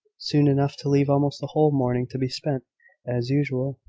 soon enough to leave almost the whole morning to be spent as usual.